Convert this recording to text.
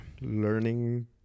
Learning